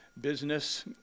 business